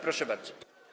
Proszę bardzo.